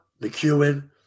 McEwen